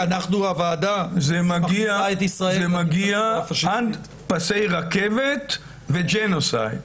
כי אנחנו הוועדה --- זה מגיע עד פסי רכבת וג'נוסייד.